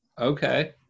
Okay